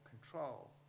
control